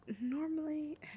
Normally